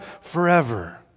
forever